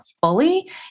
fully